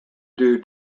due